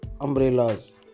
umbrellas